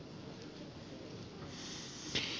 kiitos